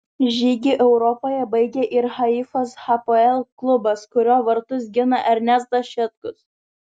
žygį europoje baigė ir haifos hapoel klubas kurio vartus gina ernestas šetkus